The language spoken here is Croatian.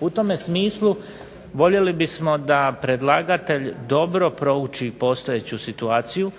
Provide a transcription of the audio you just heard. U tome smislu voljeli bismo da predlagatelj dobro prouči postojeću situaciju.